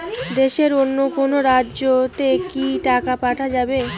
দেশের অন্য কোনো রাজ্য তে কি টাকা পাঠা যাবে?